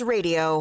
Radio